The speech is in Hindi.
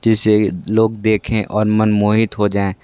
जिसे लोग देखें और मन मोहित हो जाएँ